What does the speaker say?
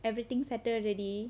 everything settled already